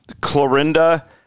Clorinda